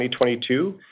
2022